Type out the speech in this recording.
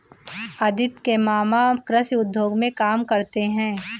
अदिति के मामा कृषि उद्योग में काम करते हैं